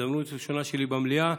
בהזדמנות הראשונה שלי במליאה,